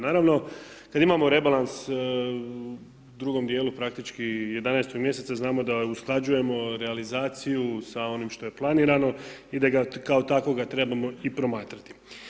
Naravno, kad imamo rebalans u drugom dijelu praktički 11. mjeseca znamo da usklađujemo realizaciju sa onim što je planirano i da ga kao takvoga trebamo i promatrati.